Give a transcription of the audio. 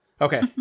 Okay